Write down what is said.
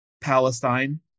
Palestine